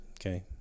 Okay